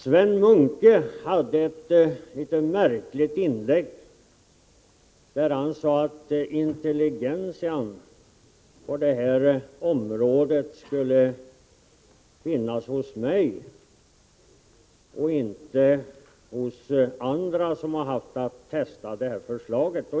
Sven Munke gjorde ett litet märkligt inlägg, där han sade att intelligentian på det här området skulle företrädas av mig och inte av andra som har haft att testa det här förslaget.